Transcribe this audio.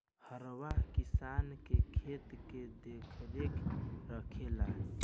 हरवाह किसान के खेत के देखरेख रखेला